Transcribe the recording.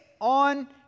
on